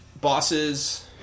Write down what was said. bosses